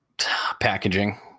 packaging